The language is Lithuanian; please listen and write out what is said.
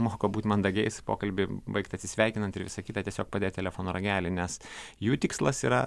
moko būt mandagiais pokalbį baigt atsisveikinant ir visa kita tiesiog padėt telefono ragelį nes jų tikslas yra